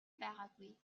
байгаагүй